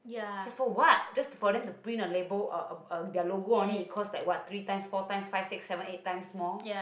is for what just for them to print a label a a a their logo only it costs like what three times four times five six seven eight times more